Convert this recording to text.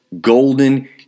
Golden